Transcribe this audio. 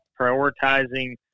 prioritizing